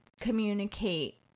communicate